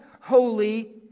holy